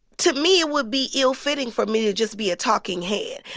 to me, it would be ill-fitting for me to just be a talking head.